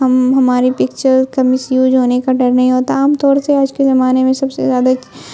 ہماری پکچر کا مسیوز ہونے کا ڈر نہیں ہوتا عام طور سے آج کے زمانے میں سب سے زیادہ